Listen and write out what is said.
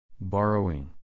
Borrowing